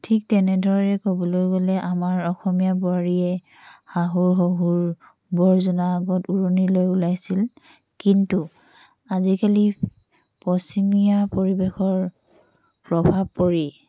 ঠিক তেনেদৰে ক'বলৈ গ'লে আমাৰ অসমীয়া বোৱাৰীয়ে শাহুৰ শহুৰ বৰজনাৰ আগত উৰণি লৈ ওলাইছিল কিন্তু আজিকালি পশ্চিমীয়া পৰিৱেশৰ প্ৰভাৱ পৰি